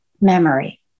memory